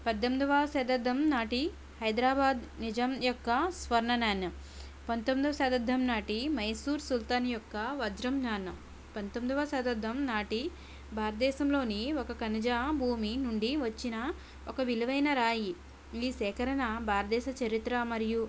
పద్దెనిమిదవ శతాబ్దం నాటి హైదరాబాద్ నిజాం యొక్క స్వర్ణ నాణెం పంతొమ్మిదొవ శతాబ్దం నాటి మైసూర్ సుల్తాన్ యొక్క వజ్రం నాణెం పంతొమ్మిదొవ శతాబ్దం నాటి భారతదేశంలోని ఒక ఖనిజ భూమి నుండి వచ్చిన ఒక విలువైన రాయి ఈ సేకరణ భారతదేశ చరిత్ర మరియు